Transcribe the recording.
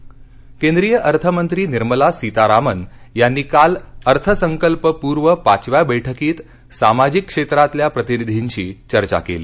निर्मला सीतारामन केंद्रीय अर्थमंत्री निर्मला सीतारामन यांनी काल अर्थसंकल्पपूर्व पाचव्या बैठकीत सामाजिक क्षेत्रातल्या प्रतिनिधींशी चर्चा केली